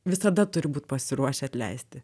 visada turi būt pasiruošę atleisti